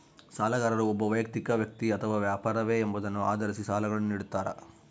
ಸಾಲಗಾರರು ಒಬ್ಬ ವೈಯಕ್ತಿಕ ವ್ಯಕ್ತಿ ಅಥವಾ ವ್ಯಾಪಾರವೇ ಎಂಬುದನ್ನು ಆಧರಿಸಿ ಸಾಲಗಳನ್ನುನಿಡ್ತಾರ